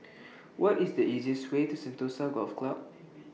What IS The easiest Way to Sentosa Golf Club